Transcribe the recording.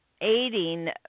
aiding